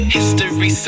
History